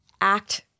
act